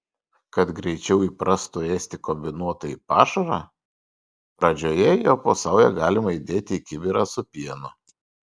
kad greičiau įprastų ėsti kombinuotąjį pašarą pradžioje jo po saują galima įdėti į kibirą su pienu